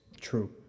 true